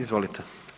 Izvolite.